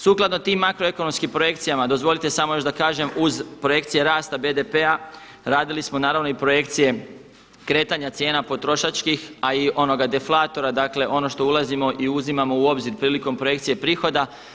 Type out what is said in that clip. Sukladno tim makroekonomskim projekcijama dozvolite samo još da kažem, uz projekcije rasta BDP-a radili smo naravno i projekcije kretanja cijena potrošačkih, a i onoga deflatora, dakle ono što ulazimo i uzimamo u obzir prilikom projekcije prihoda.